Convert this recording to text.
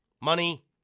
money